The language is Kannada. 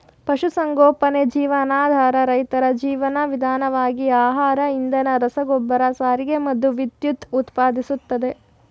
ಪಶುಸಂಗೋಪನೆ ಜೀವನಾಧಾರ ರೈತರ ಜೀವನ ವಿಧಾನವಾಗಿ ಆಹಾರ ಇಂಧನ ರಸಗೊಬ್ಬರ ಸಾರಿಗೆ ಮತ್ತು ವಿದ್ಯುತ್ ಉತ್ಪಾದಿಸ್ತದೆ